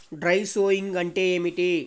Dry sowing అంటే ఏమిటి?